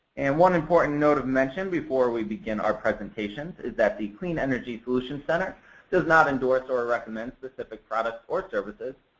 and one important note of mention before we begin our presentation is that the clean energy solutions center does not endorse or recommend specific products or services.